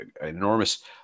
enormous